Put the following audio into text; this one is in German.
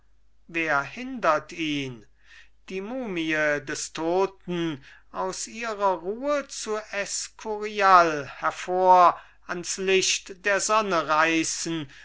wer hindert ihn die mumie des toten aus ihrer ruhe zu eskurial hervor ans licht der sonne reißen